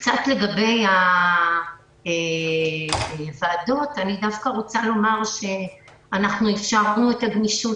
קצת לגבי הוועדות אני דווקא רוצה לומר שאנחנו אפשרנו את הגמישות.